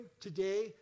today